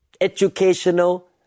educational